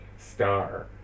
Star